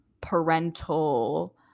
parental